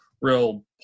real